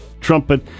trumpet